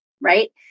Right